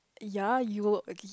yea you will agree